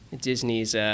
Disney's